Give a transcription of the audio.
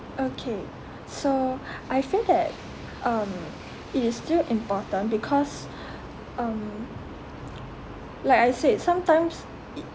okay so I think that um it is still important because um like I said sometimes i~